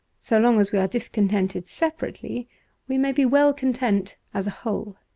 so long as we are discontented separately we may be well content as a whole.